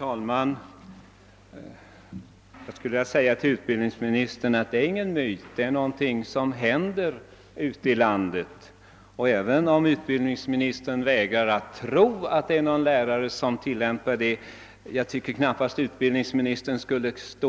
Herr talman! Det är ingen nyhet, herr utbildningsminister, att lärare tillämpar betygsskalan så som jag har nämnt, utan det är någonting som händer ute i landet, även om utbildningsministern vägrar att tro det. Utbildningsministern borde knappast uttrycka